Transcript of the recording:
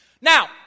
Now